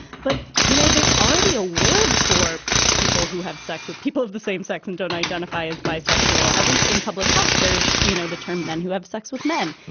but, you know, there's already a word for people who have sex with people of the same sex and don't identify as. bisexual, at least in public health, there's, you know, the term men who have sex with men,